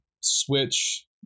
switch